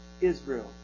Israel